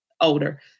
older